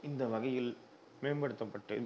இந்த வகையில் மேம்படுத்தப்பட்டு